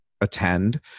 attend